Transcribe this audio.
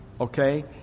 Okay